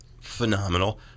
phenomenal